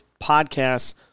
podcasts